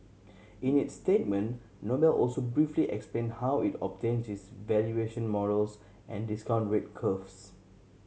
in its statement Noble also briefly explained how it obtains its valuation models and discount rate curves